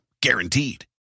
Guaranteed